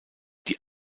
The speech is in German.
die